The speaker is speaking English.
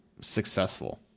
successful